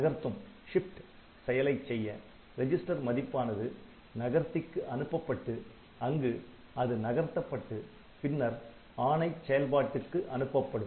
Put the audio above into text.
நகர்த்தும் செயலை செய்ய ரெஜிஸ்டர் மதிப்பானது நகர்த்திக்கு அனுப்பப்பட்டு அங்கு அது நகர்த்தப்பட்டு பின்னர் ஆணைச் செயல்பாட்டுக்கு அனுப்பப்படும்